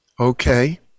Okay